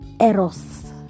eros